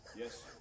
yes